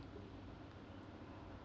<S?